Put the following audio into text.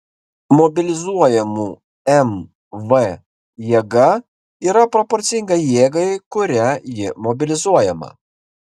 mobilizuojamų mv jėga yra proporcinga jėgai kuria ji mobilizuojama